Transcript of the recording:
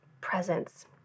presence